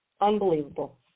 Unbelievable